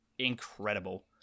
Incredible